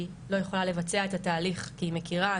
לא יכולה לבצע את התהליך כי היא מכירה,